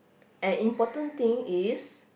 and important thing is